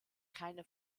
keine